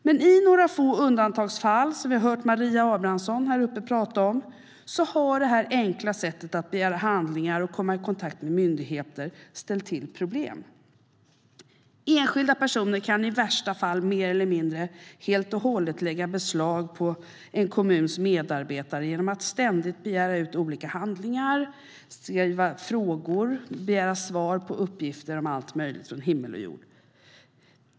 Men i några få undantagsfall, som vi har hört Maria Abrahamsson prata om här uppe, har det här enkla sättet att begära ut handlingar och komma i kontakt med myndigheter ställt till problem. Enskilda personer kan i värsta fall mer eller mindre lägga beslag på en kommuns medarbetare genom att ständigt begära ut olika handlingar, skriva frågor och begära svar och uppgifter om allt möjligt mellan himmel och jord.